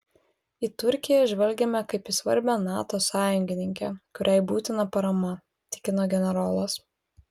į turkiją žvelgiame kaip į svarbią nato sąjungininkę kuriai būtina parama tikino generolas